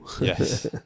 Yes